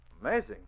Amazing